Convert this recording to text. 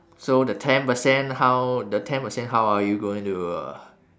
so the ten percent how the ten percent how are you going to uh